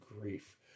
grief